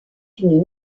une